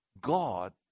God